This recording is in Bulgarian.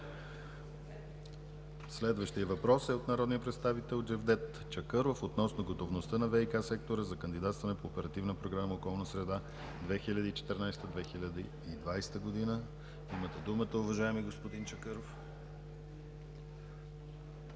Следващият въпрос е от народния представител Джевдет Чакъров относно готовността на ВиК сектора за кандидатстване по Оперативна програма „Околна среда 2014 – 2020 г.“ Имате думата, уважаеми господин Чакъров.